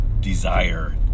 desire